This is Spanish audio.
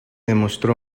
demostró